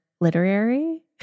literary